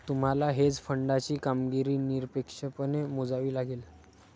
तुम्हाला हेज फंडाची कामगिरी निरपेक्षपणे मोजावी लागेल